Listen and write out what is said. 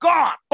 God